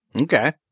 Okay